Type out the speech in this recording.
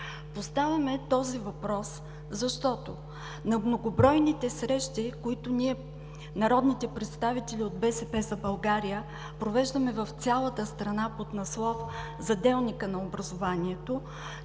Поставяме този въпрос, защото на многобройните срещи, които народните представители от „БСП за България“ провеждаме в цялата страна под наслов „За делника на образованието“